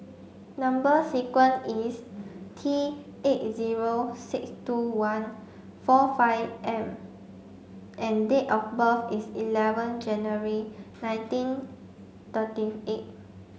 number sequence is T eight zero six two one four five M and date of birth is eleven January nineteen thirty eight